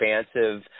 expansive